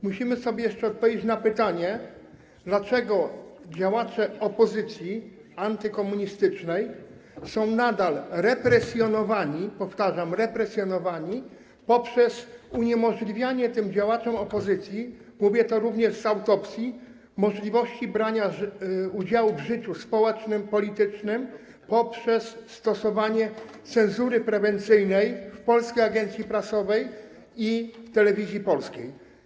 Musimy sobie jeszcze odpowiedzieć na pytanie, dlaczego działacze opozycji antykomunistycznej są nadal represjonowani, powtarzam: represjonowani, poprzez uniemożliwianie tym działaczom opozycji - mówię to również z autopsji - możliwości brania udziału w życiu społecznym, politycznym poprzez stosowanie cenzury prewencyjnej w Polskiej Agencji Prasowej i w Telewizji Polskiej.